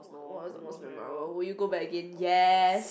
what's the most memorable will you go back again yes